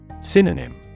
Synonym